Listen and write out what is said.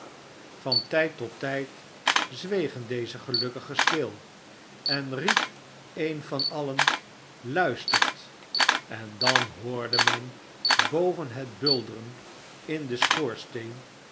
van tijd tot tijd zwegen deze gelukkigen stil en riep een van alien sluistert en dan hoorde men boven het bulderen in den schoorsteen